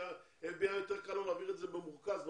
ל-FBI יותר קל להעביר את זה במרוכז.